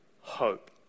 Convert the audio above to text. hope